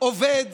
עובד